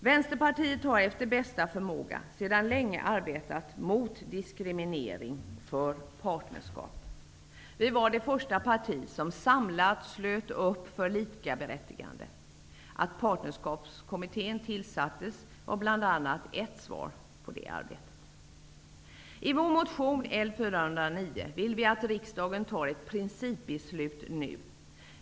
Vänsterpartiet har efter bästa förmåga sedan länge arbetat mot diskriminering och för partnerskap. Vi var det första parti som samlat slöt upp för likaberättigande. Att Partnerskapskommittén tillsattes var bl.a. ett svar på det arbetet. I vår motion L409 vill vi att riksdagen tar ett principbeslut nu.